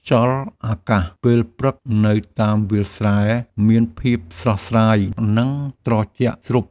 ខ្យល់អាកាសពេលព្រឹកនៅតាមវាលស្រែ មានភាពស្រស់ស្រាយ និងត្រជាក់ស្រ៊ប់។